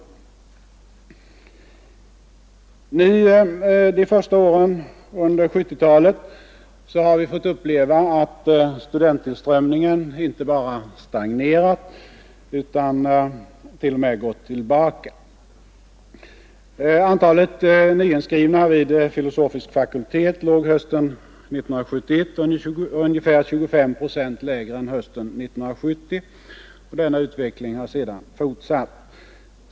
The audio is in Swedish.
Under de första åren av 1970-talet har vi fått uppleva att studenttillströmningen inte bara stagnerat utan t.o.m. gått tillbaka. Antalet nyinskrivna vid filosofisk fakultet låg hösten 1971 ungefär 25 procent lägre än hösten 1970, och denna utveckling har sedan fortsatt.